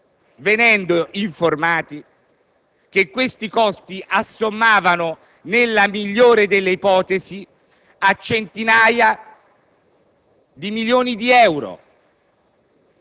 venendo informati che gli stessi assommavano, nella migliore delle ipotesi, a centinaia di milioni di euro,